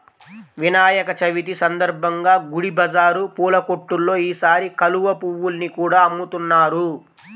వినాయక చవితి సందర్భంగా గుడి బజారు పూల కొట్టుల్లో ఈసారి కలువ పువ్వుల్ని కూడా అమ్ముతున్నారు